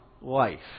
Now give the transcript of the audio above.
life